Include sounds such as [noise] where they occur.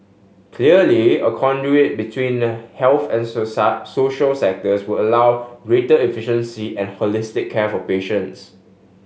clearly a conduit between the health and [unintelligible] social sectors would allow greater efficiency and holistic care for patients